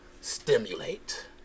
stimulate